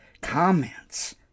comments